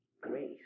Grace